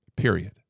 period